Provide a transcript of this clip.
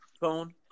phone